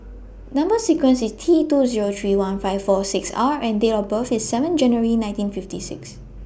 Number sequence IS T two Zero three one five four six R and Date of birth IS seven January nineteen fifty six